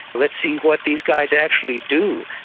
let's see what these guys actually do.